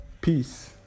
Peace